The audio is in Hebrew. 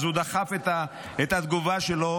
הוא דחף את התגובה שלו,